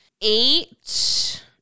eight